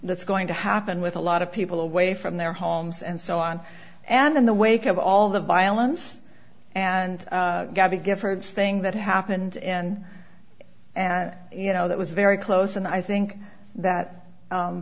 that's going to happen with a lot of people away from their homes and so on and in the wake of all the violence and gabby giffords thing that happened in and you know that was very close and i think that